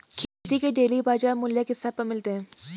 खेती के डेली बाज़ार मूल्य किस ऐप पर मिलते हैं?